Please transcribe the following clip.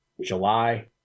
july